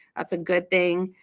that's a good thing.